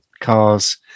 cars